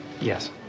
Yes